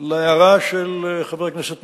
להערה של חבר הכנסת מקלב,